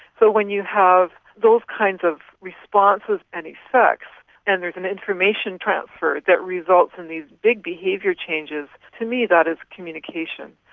so when you have those kinds of responses and effects and there's an information transfer that results in these big behaviour changes, to me that is communication.